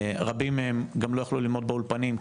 רבים מהם גם לא יכלו ללמוד באולפנים,